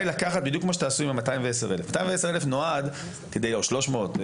ה-210,000 או 300,000 נועד כדי להבין את סדר הגודל,